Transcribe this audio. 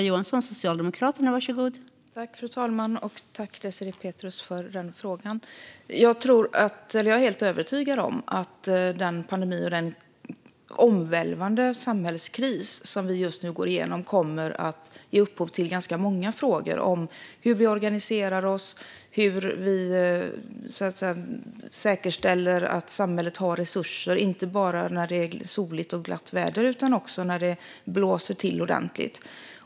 Fru talman! Tack, Désirée Pethrus, för frågan! Jag är helt övertygad om att den pandemi och den omvälvande samhällskris som vi just nu går igenom kommer att ge upphov till ganska många frågor om hur vi organiserar oss, hur vi säkerställer att samhället har resurser, inte bara när det är soligt och glatt utan också när det blåser till ordentligt.